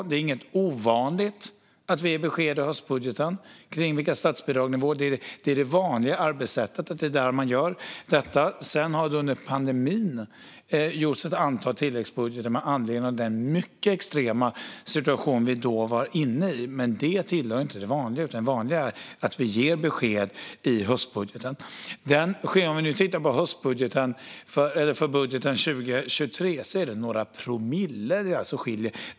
Det är inget ovanligt att vi ger besked i höstbudgeten om vilka statsbidragsnivåerna är. Det är det vanliga arbetssättet att det är där man gör detta. Sedan har det under pandemin gjorts ett antal tilläggsbudgetar med anledning av den mycket extrema situation vi då var inne i, men det tillhör inte det vanliga, utan det vanliga är att vi ger besked i höstbudgeten. Om vi nu tittar på budgeten för 2023 är det några promille det skiljer.